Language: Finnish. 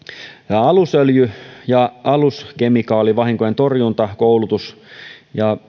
alusöljy ja aluskemikaalivahinkojen torjunta koulutus ja